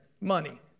money